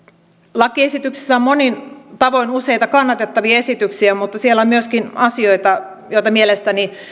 lakiesityksessä on monin tavoin useita kannatettavia esityksiä mutta siellä on myöskin asioita joita mielestäni